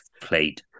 played